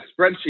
spreadsheet